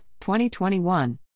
2021